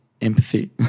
empathy